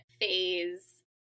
phase